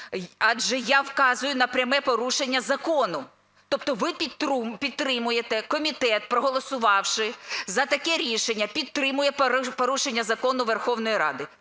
Адже я вказую на пряме порушення закону. Тобто ви підтримуєте комітет, проголосувавши за таке рішення, підтримує порушення закону Верховної Ради.